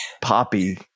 poppy